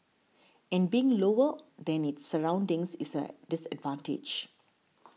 and being lower than its surroundings is a disadvantage